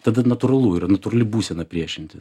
tada natūralu yra natūrali būsena priešintis